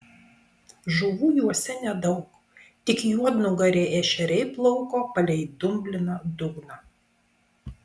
žuvų juose nedaug tik juodnugariai ešeriai plauko palei dumbliną dugną